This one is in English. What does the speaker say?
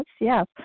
yes